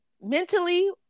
mentally